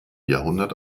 jahrhundert